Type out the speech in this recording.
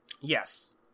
Yes